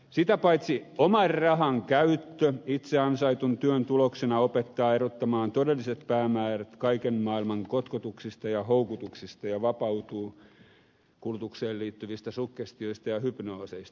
sitä paitsi oman rahan käyttö itse ansaittuna työn tuloksena opettaa erottamaan todelliset päämäärät kaiken maailman kotkotuksista ja houkutuksista ja näin vapautuu kulutukseen liittyvistä suggestioista ja hypnooseista